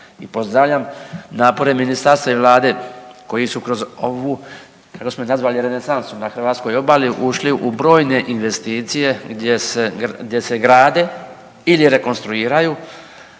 I pozdravljam napore ministarstva i vlade koji su kroz ovu, kako smo je nazvali renesansu na hrvatskoj obali, ušli u brojne investicije gdje se, gdje se grade ili rekonstruiraju.